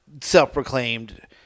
Self-proclaimed